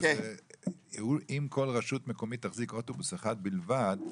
אם כל רשות מקומית תחזיק אוטובוס אחד בלבד,